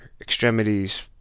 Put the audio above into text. extremities